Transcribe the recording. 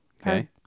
Okay